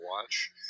watch